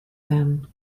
them